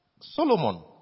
Solomon